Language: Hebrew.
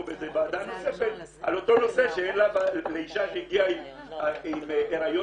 בוועדה נוספת על אותו נושא לאישה שהגיעה עם הריון